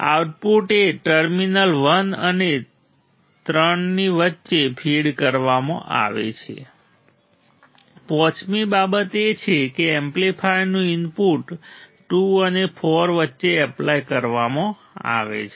output એ terminal 1 અને 3 વચ્ચે ફીડ કરવામાં આવે છે પાંચમી બાબત એ છે કે એમ્પ્લીફાયરનું ઇનપુટ 2 અને 4 વચ્ચે એપ્લાય કરવામાં આવે છે